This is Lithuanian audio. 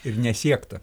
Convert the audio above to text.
ir nesiekta